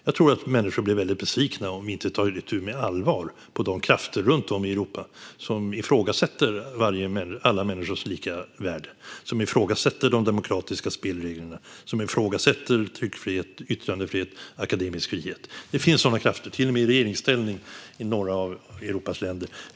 Jag tror att människor blir väldigt besvikna om vi inte på allvar tar itu med de krafter runt om i Europa som ifrågasätter alla människors lika värde, som ifrågasätter de demokratiska spelreglerna och som ifrågasätter tryckfrihet, yttrandefrihet och akademisk frihet. Det finns sådana krafter, till och med i regeringsställning, i några av Europas länder.